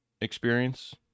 experience